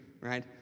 right